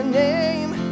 name